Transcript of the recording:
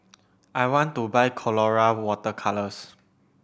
I want to buy Colora Water Colours